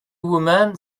woman